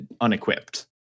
unequipped